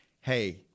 hey